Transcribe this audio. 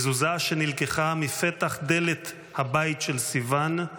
מזוזה שנלקחה מפתח דלת הבית של סיון,